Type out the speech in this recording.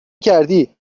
کردی